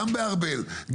גם בארבל,